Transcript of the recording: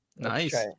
Nice